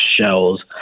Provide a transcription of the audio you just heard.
shells